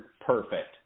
perfect